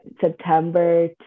september